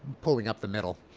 pulling up the middle.